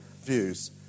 views